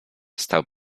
stał